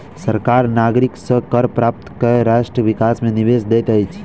सरकार नागरिक से कर प्राप्त कय राष्ट्र विकास मे निवेश दैत अछि